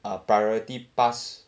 uh priority pass